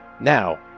Now